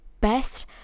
best